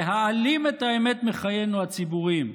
להעלים את האמת מחיינו הציבוריים.